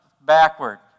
backward